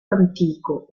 antico